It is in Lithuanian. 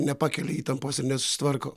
nepakelia įtampos ir nesusitvarko